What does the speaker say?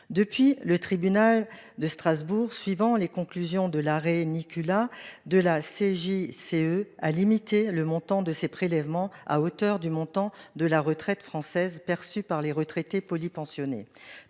depuis le tribunal de Strasbourg. Suivant les conclusions de l'art et Nicolas de la CJCE à limiter le montant de ces prélèvements à hauteur du montant de la retraite française perçues par les retraités polypensionnés.